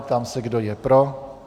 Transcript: Ptám se, kdo je pro.